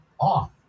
off